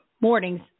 mornings